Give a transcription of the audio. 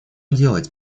делать